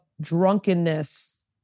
drunkenness